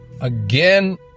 again